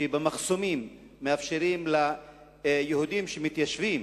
שבמחסומים מאפשרים ליהודים שמתיישבים,